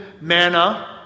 manna